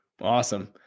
Awesome